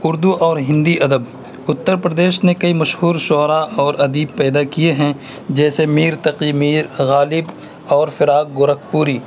اردو اور ہندی ادب اُتّر پردیش نے کئی مشہور شعرا اور ادیب پیدا کیے ہیں جیسے میر تقی میر غالب اور فراق گورکھپوری